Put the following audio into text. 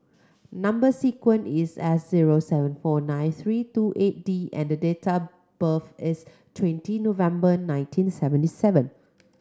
number sequence is S zero seven four nine three two eight D and the date of birth is twenty November nineteen seventy seven